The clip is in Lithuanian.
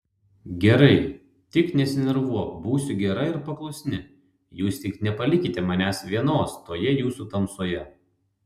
gerai tik nesinervuok būsiu gera ir paklusni jūs tik nepalikite manęs vienos toje jūsų tamsoje